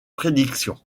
prédictions